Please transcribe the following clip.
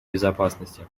безопасности